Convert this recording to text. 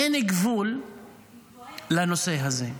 אין גבול לנושא הזה.